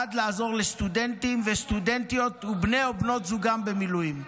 ונועד לעזור לסטודנטים וסטודנטיות ובני ובנות זוגם במילואים.